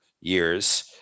years